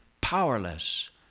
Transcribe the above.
powerless